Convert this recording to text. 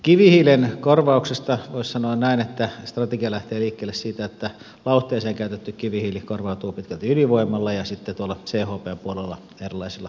kivihiilen korvauksesta voisi sanoa näin että strategia lähtee liikkeelle siitä että lauhteeseen käytetty kivihiili korvautuu pitkälti ydinvoimalla ja sitten tuolla chp puolella erilaisilla metsäjalosteilla